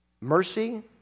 mercy